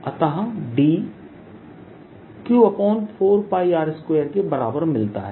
अतः D Q4πr2कि बराबर मिलता है